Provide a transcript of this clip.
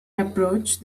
approached